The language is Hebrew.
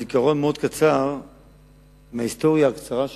זיכרון מאוד קצר מההיסטוריה הקצרה שלנו.